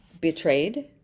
betrayed